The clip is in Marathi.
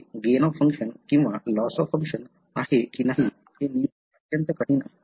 ते गेन ऑफ फंक्शन किंवा लॉस ऑफ फंक्शन आहे की नाही हे नियुक्त करणे अत्यंत कठीण आहे